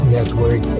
Network